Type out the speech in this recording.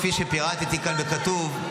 כפי שפירטתי כאן וכתוב,